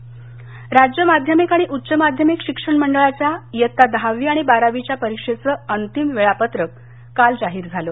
वेळापत्रक राज्य माध्यमिक आणि उच्च माध्यमिक शिक्षण मंडळाच्या इयत्ता दहावी आणि बारावीच्या परीक्षेचं अंतिम वेळापत्रक काल जाहीर झालं